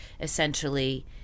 essentially